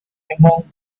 among